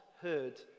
heard